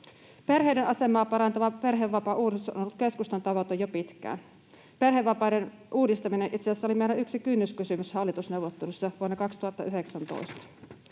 Perheiden asemaa parantava perhevapaauudistus on ollut keskustan tavoite jo pitkään. Perhevapaiden uudistaminen itse asiassa oli meillä yksi kynnyskysymys hallitusneuvotteluissa vuonna 2019.